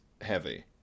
heavy